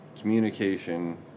communication